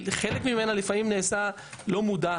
חלק ממנה לפעמים נעשה לא מודע,